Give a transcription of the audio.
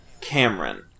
Cameron